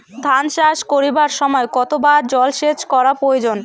ধান চাষ করিবার সময় কতবার জলসেচ করা প্রয়োজন?